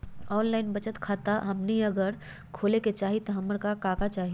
Online बचत खाता हमनी अगर खोले के चाहि त हमरा का का चाहि?